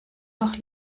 noch